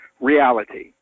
reality